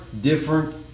different